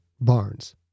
Barnes